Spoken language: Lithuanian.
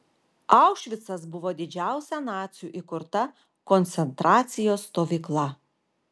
aušvicas buvo didžiausia nacių įkurta koncentracijos stovykla